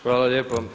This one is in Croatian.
Hvala lijepo.